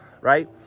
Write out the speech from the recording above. right